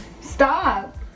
Stop